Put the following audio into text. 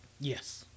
Yes